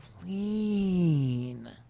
Clean